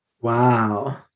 Wow